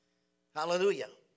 Hallelujah